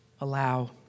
allow